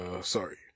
Sorry